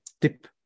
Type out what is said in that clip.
tip